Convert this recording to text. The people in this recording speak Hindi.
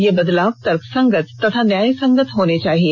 ये बदलाव तर्कसंगत तथा न्यायसंगत होने चाहिए